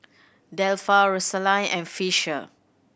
Delpha Rosaline and Fisher